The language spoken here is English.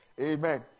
Amen